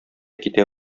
китә